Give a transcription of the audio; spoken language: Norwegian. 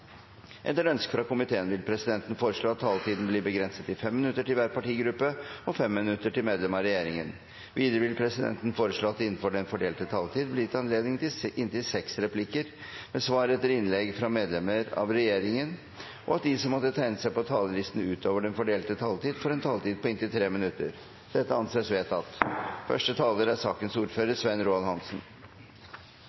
Etter ønske fra utenriks- og forsvarskomiteen vil presidenten foreslå at taletiden blir begrenset til 5 minutter til hver partigruppe og 5 minutter til medlem av regjeringen. Videre vil presidenten foreslå at det blir gitt anledning til inntil seks replikker med svar etter innlegg fra medlemmer av regjeringen innenfor den fordelte taletid, og at de som måtte tegne seg på talerlisten utover den fordelte taletid, får en taletid på inntil 3 minutter. – Det anses vedtatt.